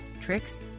tricks